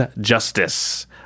Justice